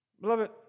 Beloved